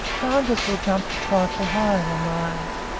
tigers will jump a trifle higher than lions.